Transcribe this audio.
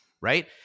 right